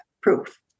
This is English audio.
proof